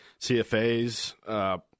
CFAs